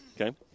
Okay